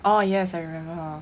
oh yes I remember her